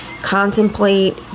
Contemplate